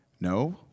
No